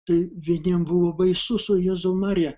tai vieniem buvo baisus o jėzau marija